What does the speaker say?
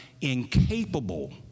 incapable